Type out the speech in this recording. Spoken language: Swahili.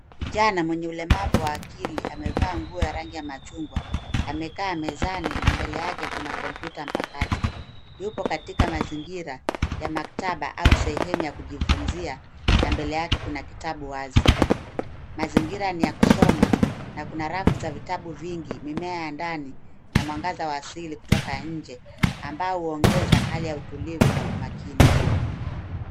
Kijana mwenye ulemavu wa akili, amevaa nguo ya rangi ya machungwa. Amekaa mezani na mbele yake kuna kompyuta mpakato. Yupo katika mazingira ya maktaba au sehemu ya kujifunzia na mbele yake kuna kitabu wazi. Mazingira ni ya kusoma na kuna rafu za vitabu vingi, mimea ya ndani na mwangaza wa asili kutoka nje, ambao huongeza hali ya utulivu na umakini.